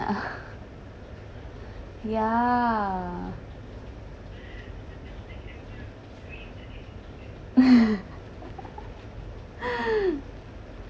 ya